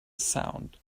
sound